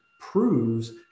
proves